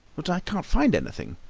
but i can't find anything.